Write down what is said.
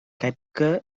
கற்க